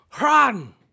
Run